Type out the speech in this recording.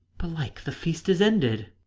belike the feast is ended.